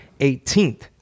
18th